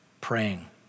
praying